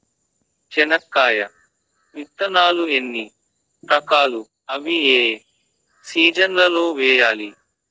చెనక్కాయ విత్తనాలు ఎన్ని రకాలు? అవి ఏ ఏ సీజన్లలో వేయాలి?